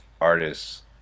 artists